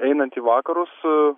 einant į vakarus